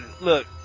look